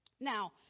Now